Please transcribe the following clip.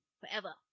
Forever